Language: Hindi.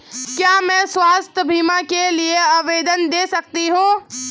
क्या मैं स्वास्थ्य बीमा के लिए आवेदन दे सकती हूँ?